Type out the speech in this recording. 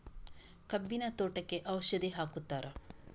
ಕಬ್ಬಿನ ತೋಟಕ್ಕೆ ಔಷಧಿ ಹಾಕುತ್ತಾರಾ?